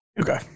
Okay